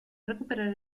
recuperar